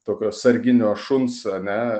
tokio sarginio šuns ane